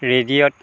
ৰেডিঅ'ত